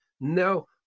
No